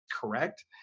correct